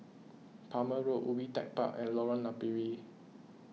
Palmer Road Ubi Tech Park and Lorong Napiri